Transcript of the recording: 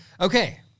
Okay